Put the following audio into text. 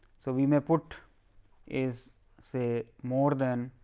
so, we may a put is say more than